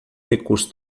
recurso